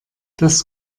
das